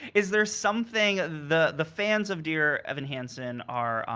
is there something, the the fans of dear evan hansen are,